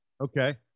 Okay